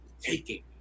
taking